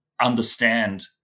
understand